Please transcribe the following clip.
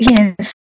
Yes